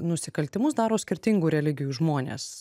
nusikaltimus daro skirtingų religijų žmonės